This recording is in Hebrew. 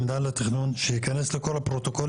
מאז שנכנסתי לתפקיד כיושבת-ראש ועדה לתכנון מעלה נפתלי,